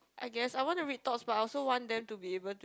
I guess I want to read thoughts but I also want them to be able to